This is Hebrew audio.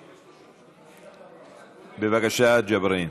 בבקשה, ג'בארין.